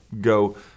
go